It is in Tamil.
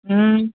ம்